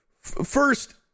first